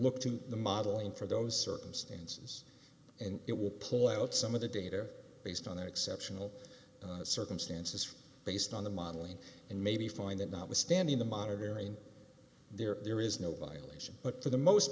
look to the modeling for those circumstances and it will pull out some of the data based on the exceptional circumstances based on the modeling and maybe find that not withstanding the monitoring there are there is no violation but for the most